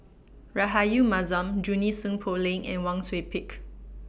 Rahayu Mahzam Junie Sng Poh Leng and Wang Sui Pick